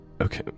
Okay